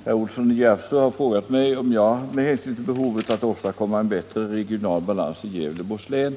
Herr talman! Herr Olsson i Järvsö har frågat mig om jag, med hänsyn till behovet att åstadkomma en bättre regional balans i Gävleborgs län,